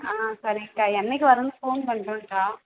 ஆ சரிங்க்கா என்றைக்கு வரேன்னு ஃபோன் பண்ணுறேங்க்கா